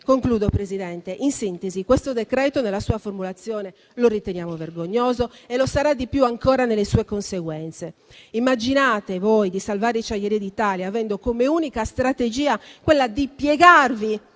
a vederla prosperare. In sintesi, questo decreto-legge, nella sua formulazione, lo riteniamo vergognoso e lo sarà ancora di più nelle sue conseguenze. Immaginate voi di salvare Acciaierie d'Italia avendo come unica strategia quella di piegarvi